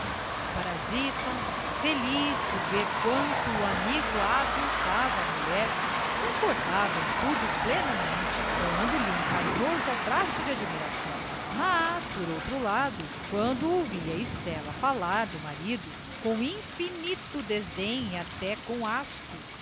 o parasita feliz por ver quanto o amigo aviltava a mulher concordava em tudo plenamente dando-lhe um carinhoso abraço de admiração mas por outro lado quando ouvia estela falar do marido com infinito desdém e até com asco